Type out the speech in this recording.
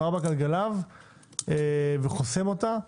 עם ארבע גלגליו וחוסם אותה,